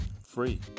free